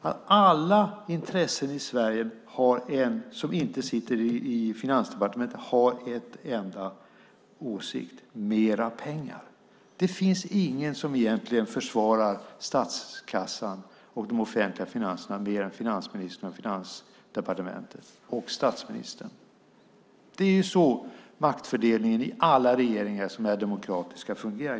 Alla i Sverige som inte sitter i Finansdepartementet har en enda åsikt: mer pengar. Det finns egentligen ingen som försvarar statskassan och de offentliga finanserna mer än finansministern och Finansdepartementet och statsministern. Det är i praktiken så maktfördelningen i alla regeringar som är demokratiska fungerar.